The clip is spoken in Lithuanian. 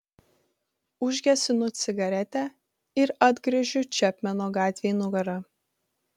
užgesinu cigaretę ir atgręžiu čepmeno gatvei nugarą